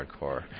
hardcore